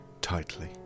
tightly